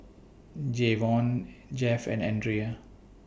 Jayvon Jeff and Andrea